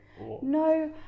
No